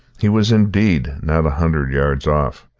he was, indeed, not a hundred yards off.